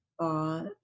thought